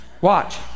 Watch